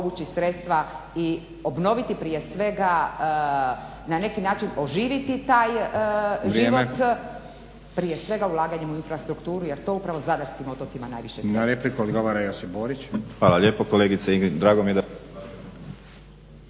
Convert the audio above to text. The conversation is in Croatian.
Hvala lijepo kolegice Ingrid. Drago mi je